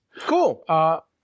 Cool